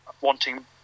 wanting